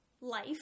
Life